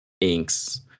inks